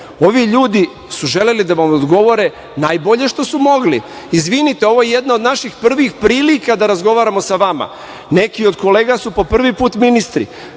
ljudi su želeli da vam odgovore najbolje što su mogli. Izvinite, ovo je jedna od naših prvih prilika da razgovaramo sa vama. Neki od kolega su po prvi put ministri.